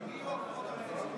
מי יהיו הכוחות המבצעים?